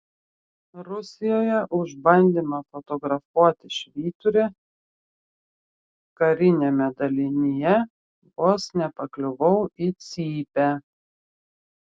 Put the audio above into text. rusijoje už bandymą fotografuoti švyturį kariniame dalinyje vos nepakliuvau į cypę